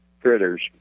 critters